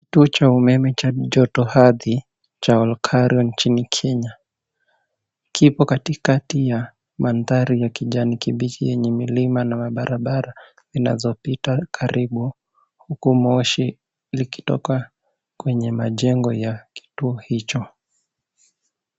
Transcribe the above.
Kituo cha umeme cha joto hathi cha Olkara nchini Kenya, Kipo katika tia mandhari ya kijani kibichi yenye milima na mabarabara inazopita karibu huku moshi likitoka kwenye majengo ya kitu hicho.